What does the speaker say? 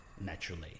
naturally